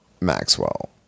Maxwell